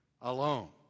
alone